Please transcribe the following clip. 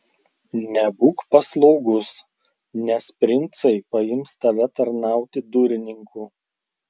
nebūk paslaugus nes princai paims tave tarnauti durininku